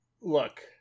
look